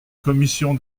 commission